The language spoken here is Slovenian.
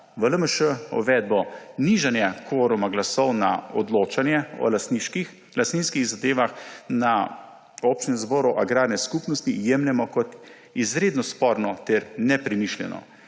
V LMŠ uvedbo nižanja kvoruma glasov za odločanje o lastninskih zadevah na občem zboru agrarne skupnosti jemljemo kot izredno sporno in nepremišljeno,